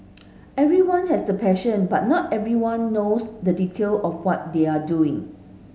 everyone has the passion but not everyone knows the detail of what they are doing